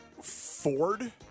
Ford